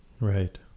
Right